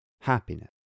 happiness